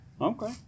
Okay